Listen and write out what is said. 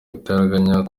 igitaraganya